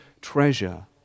treasure